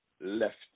left